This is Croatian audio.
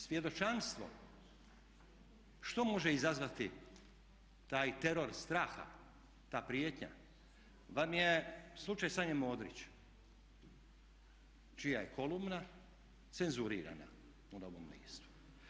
Svjedočanstvo, što može izazvati taj teror straha, ta prijetnja vam je slučaj Sanje Modrić čija je kolumna cenzurirana u Novom listu.